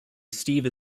steve